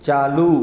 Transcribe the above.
चालू